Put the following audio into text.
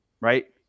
right